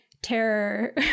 terror